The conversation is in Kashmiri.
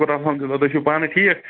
شُکر اَلحمد للہ تُہۍ چھُو پانہٕ ٹھیٖک